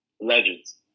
legends